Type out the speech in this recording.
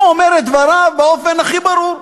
הוא אומר את דבריו באופן הכי ברור,